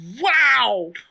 Wow